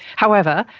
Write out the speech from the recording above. however,